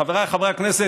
חבריי חברי הכנסת,